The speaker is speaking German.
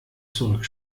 zurück